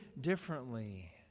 differently